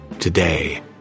Today